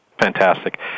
Fantastic